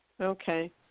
Okay